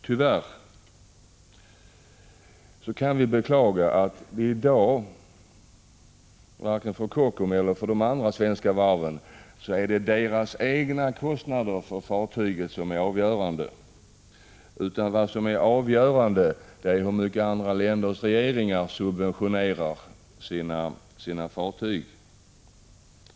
Tyvärr måste vi med beklagande konstatera att det inte är vare sig Kockums eller de andra svenska varvens egna kostnader för fartygen som är avgörande för möjligheten att producera fartyg. Det avgörande är i stället hur mycket andra länders regeringar subventionerar sin fartygsproduktion.